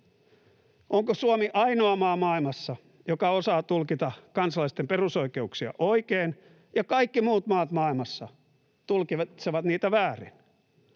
Onko Suomi ainoa maa maailmassa, joka osaa tulkita kansalaisten perusoikeuksia oikein, ja kaikki muut maat maailmassa tulkitsevat niitä väärin?